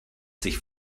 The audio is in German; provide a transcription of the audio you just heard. sich